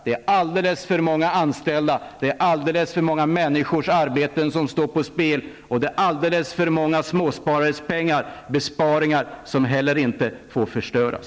Det är alldeles för många anställda, det är alldeles för många människors arbeten som står på spel, och det är alldeles för många småsparares pengar som inte får förstöras.